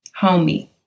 homie